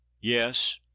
Yes